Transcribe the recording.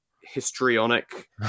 histrionic